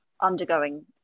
undergoing